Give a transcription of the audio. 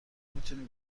میتونی